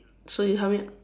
so you help me